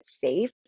safe